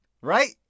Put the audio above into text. Right